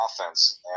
offense